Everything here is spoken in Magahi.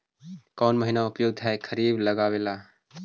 कौन महीना उपयुकत है खरिफ लगावे ला?